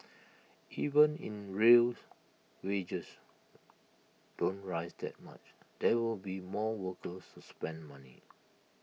even if in real's wages don't rise that much there will be more workers to spend money